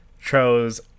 chose